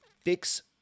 fix